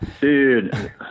Dude